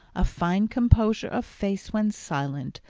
a fine composure of face when silent,